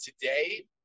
today